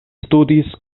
studis